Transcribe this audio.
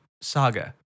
saga